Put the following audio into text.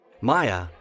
Maya